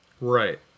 Right